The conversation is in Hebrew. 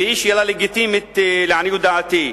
והיא שאלה לגיטימית לעניות דעתי: